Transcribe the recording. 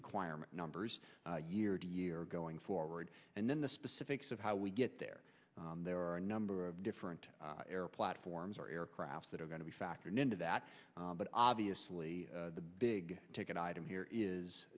requirement numbers year to year going forward and then the specifics of how we get there there are a number of different air platforms or aircraft that are going to be factored into that but obviously the big ticket item here is